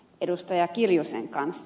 kimmo kiljusen kanssa